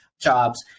jobs